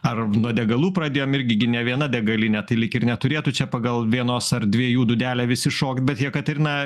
ar nuo degalų pradėjom irgi gi ne viena degalinė tai lyg ir neturėtų čia pagal vienos ar dviejų dūdelę visi šokt bet jekaterina